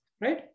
right